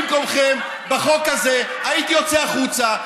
במקומכם בחוק הזה הייתי יוצא החוצה,